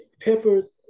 peppers